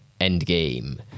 endgame